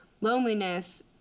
loneliness